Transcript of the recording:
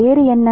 வேறு என்ன